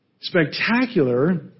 spectacular